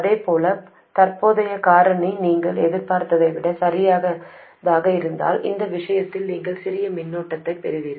இதேபோல் தற்போதைய காரணி நீங்கள் எதிர்பார்த்ததை விட சிறியதாக இருந்தால் இந்த விஷயத்தில் நீங்கள் சிறிய மின்னோட்டத்தைப் பெறுவீர்கள்